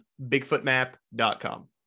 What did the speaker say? Bigfootmap.com